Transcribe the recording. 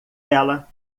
ela